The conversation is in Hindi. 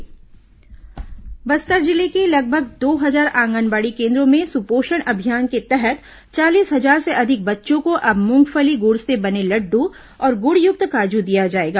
सपोषण अभियान बस्तर जिले के लगभग दो हजार आंगनबाड़ी केन्द्रों में सुपोषण अभियान के तहत चालीस हजार से अधिक बच्चों को अब मूंगफली गुड़ से बने लड़डू और गुड़युक्त काजू दिया जाएगा